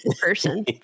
person